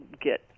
get